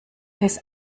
his